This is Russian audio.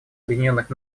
объединенных